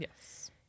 Yes